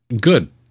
Good